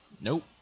Nope